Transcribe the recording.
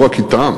לא רק אִתם,